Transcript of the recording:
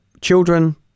Children